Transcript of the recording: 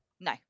No